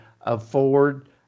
afford